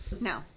No